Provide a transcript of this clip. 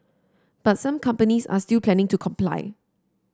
but some companies are still planning to comply